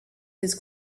his